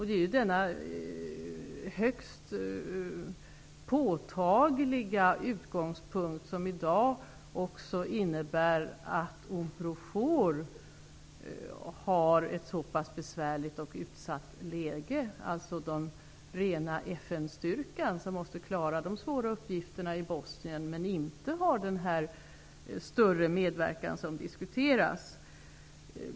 Det är denna högst påtagliga utgångspunkt som i dag innebär att Unprofor, alltså den rena FN styrkan, har ett så pass besvärligt och utsatt läge. Den måste klara de svåra uppgifterna i Bosnien men har inte den större medverkan som diskuteras.